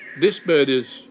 this bird is,